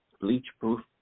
bleach-proof